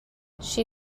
she